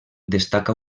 destaca